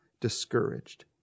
discouraged